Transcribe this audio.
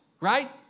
right